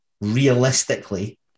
realistically